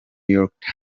york